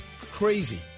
Crazy